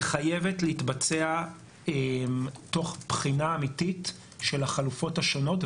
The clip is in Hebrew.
היא חייבת להתבצע תוך בחינה אמיתית של החלופות השונות,